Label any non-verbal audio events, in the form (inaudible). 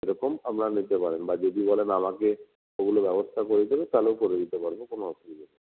এরকম আপনারা নিতে পারেন বা যদি বলেন আমাকে ওগুলো ব্যবস্থা করে (unintelligible) হবে তাহলেও করে দিতে পারব কোনো অসুবিধা নেই